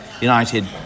United